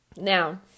Now